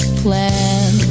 plan